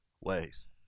ways